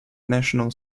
national